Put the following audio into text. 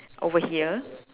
over here